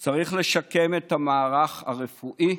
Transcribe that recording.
מבחינתם, צריך לשקם את המערך הרפואי,